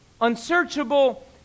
unsearchable